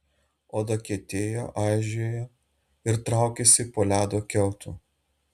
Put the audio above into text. oda kietėjo aižėjo ir traukėsi po ledo kiautu